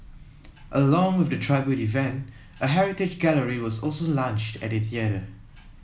along with the tribute event a heritage gallery was also launched at the theatre